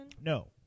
No